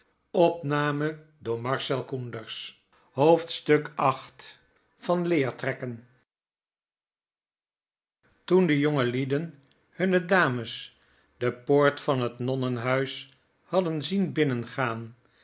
viii van leer trekken toen de jongelieden hunne dames de poort van het nonnenhuis hadden zien binnengaan